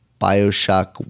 Bioshock